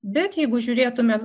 bet jeigu žiūrėtume